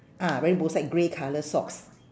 ah wearing both side grey colour socks